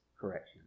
correction